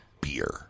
Beer